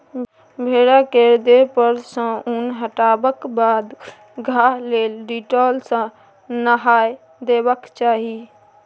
भेड़ा केर देह पर सँ उन हटेबाक बाद घाह लेल डिटोल सँ नहाए देबाक चाही